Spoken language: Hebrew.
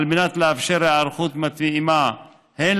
על מנת לאפשר היערכות מתאימה הן